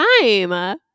time